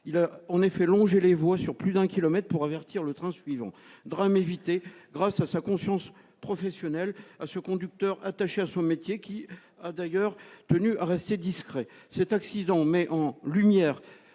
Il a effectivement longé les voies sur plus d'un kilomètre pour avertir le train suivant. Le drame a donc été évité grâce à la conscience professionnelle de ce conducteur attaché à son métier, qui a d'ailleurs tenu à rester discret. Malheureusement, cet accident met en lumière